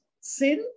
sin